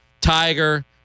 Tiger